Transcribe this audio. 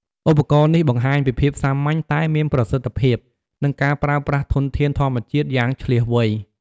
ឧបករណ៍នេះបង្ហាញពីភាពសាមញ្ញតែមានប្រសិទ្ធភាព និងការប្រើប្រាស់ធនធានធម្មជាតិយ៉ាងឈ្លាសវៃ។